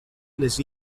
les